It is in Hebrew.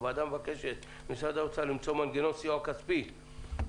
הוועדה מבקשת ממשרד האוצר למצוא מנגנון סיוע כספי לחברות